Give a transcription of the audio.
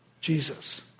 Jesus